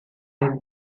have